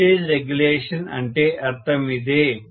voltage regulation అంటే అర్థం ఇదే